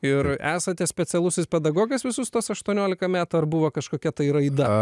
ir esate specialusis pedagogas visus tuos aštuoniolika metų ar buvo kažkokia tai raida